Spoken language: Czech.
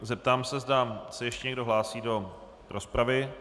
Zeptám se, zda se ještě někdo hlásí do rozpravy.